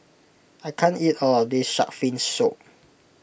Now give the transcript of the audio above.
I can't eat all of this Shark's Fin Soup